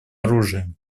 оружии